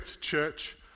church